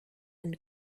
and